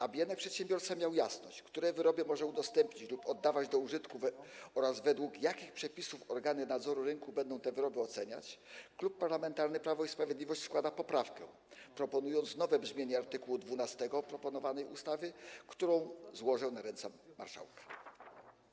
Aby jednak przedsiębiorca miał jasność, które wyroby może udostępnić lub oddawać do użytku oraz według jakich przepisów organy nadzoru rynku będą te wyroby oceniać, Klub Parlamentarny Prawo i Sprawiedliwość składa poprawkę, proponując nowe brzmienie art. 12 proponowanej ustawy, którą złożę na ręce marszałka.